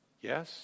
Yes